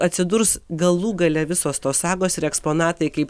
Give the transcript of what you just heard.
atsidurs galų gale visos tos sagos ir eksponatai kaip